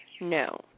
no